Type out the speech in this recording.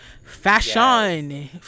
Fashion